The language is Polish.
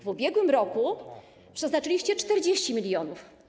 W ubiegłym roku przeznaczyliście 40 mln.